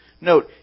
Note